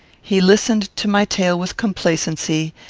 he listened to my tale with complacency,